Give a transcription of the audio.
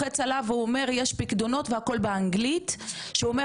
שאומר כמה יש לו עכשיו הצטברות של הפיקדון שלו,